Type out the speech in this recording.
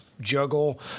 juggle